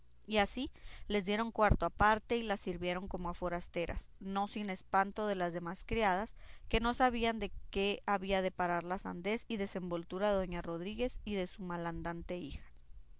y así les dieron cuarto aparte y las sirvieron como a forasteras no sin espanto de las demás criadas que no sabían en qué había de parar la sandez y desenvoltura de doña rodríguez y de su malandante hija